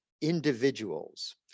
individuals